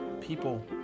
People